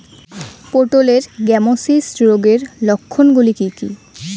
পটলের গ্যামোসিস রোগের লক্ষণগুলি কী কী?